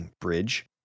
Bridge